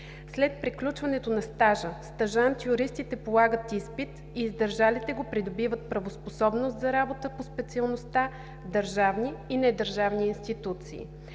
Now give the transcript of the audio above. След приключването на стажа, стажант-юристите полагат изпит и издържалите го придобиват правоспособност за работа по специалността в държавни и недържавни институции,